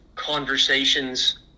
conversations